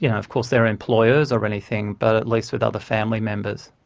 you know of course their employers or anything, but at least with other family members.